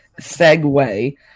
segue